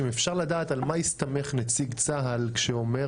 אם אפשר לדעת על מה הסתמך נציג צה"ל כשהוא אומר